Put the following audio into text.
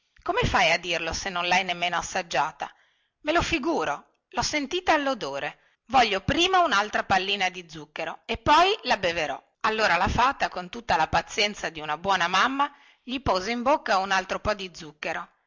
come fai a dirlo se non lhai nemmeno assaggiata me lo figuro lho sentita allodore voglio prima unaltra pallina di zucchero e poi la beverò allora la fata con tutta la pazienza di una buona mamma gli pose in bocca un altro po di zucchero